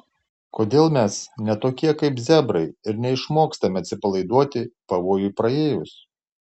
kodėl mes ne tokie kaip zebrai ir neišmokstame atsipalaiduoti pavojui praėjus